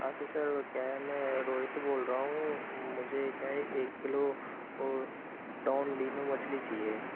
हाँ तो सर क्या है मैं रोहित बोल रहा हूँ मुझे क्या है एक किलो डोनलिनो मछली चाहिए